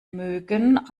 mögen